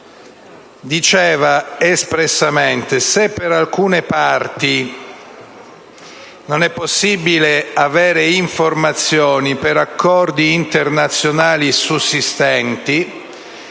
diceva espressamente: «Se per alcune parti non è possibile avere informazioni per accordi internazionali sussistenti,